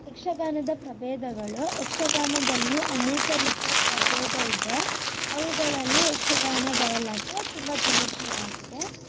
ಯಕ್ಷಗಾನದ ಪ್ರಭೇದಗಳು ಯಕ್ಷಗಾನದಲ್ಲಿ ಅನೇಕ ರೀತಿಯ ಪ್ರಭೇದ ಇದೆ ಅವುಗಳಲ್ಲಿ ಯಕ್ಷಗಾನ ಬಯಲಾಟ ತುಂಬ ಜನಪ್ರಿಯ ಆಗಿದೆ